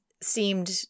seemed